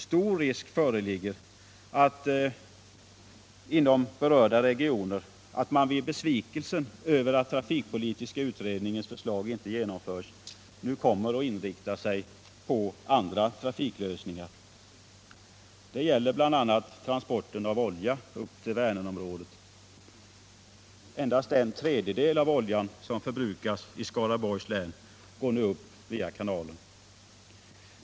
Stor risk föreligger inom berörda regioner att man i besvikelsen över att trafikpolitiska utredningens förslag inte genomförs nu kommer att inrikta sig på andra trafiklösningar. Det gäller bl.a. transporten av olja upp till Vänerområdet. Endast en tredjedel av oljan som förbrukas i Skaraborgs län går nu upp via kanalen.